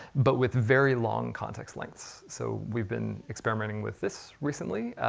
but with very long context lengths. so we've been experimenting with this recently,